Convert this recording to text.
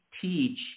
teach